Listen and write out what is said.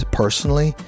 personally